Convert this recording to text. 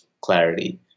Clarity